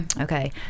Okay